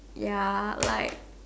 ya like